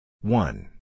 One